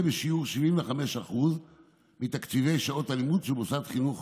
בשיעור 75% מתקציבי שעות הלימוד של מוסד חינוך